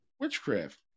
witchcraft